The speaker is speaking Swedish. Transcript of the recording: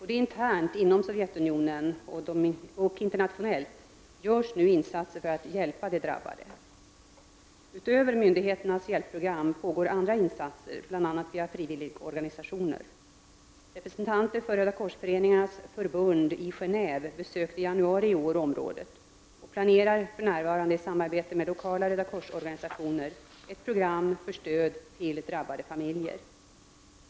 Både internt inom Sovjetunionen och internationellt görs nu insatser för att hjälpa de drabbade. Utöver myndigheternas hjälpprogram pågår andra insatser bl.a. via frivilligorganisationer. Representanter för Rödakorsföreningarnas förbund i Genéve besökte i januari i år området och planerar för närvarande i samarbete med lokala rödakorsorganisationer ett program för stöd till drabbade familjer.